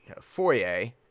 foyer